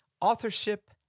authorship